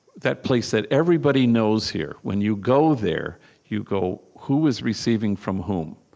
that place that everybody knows here. when you go there you go, who is receiving from whom?